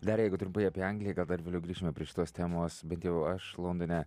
dar jeigu trumpai apie angliją gal dar ir vėliau grįšime prie šitos temos bent jau aš londone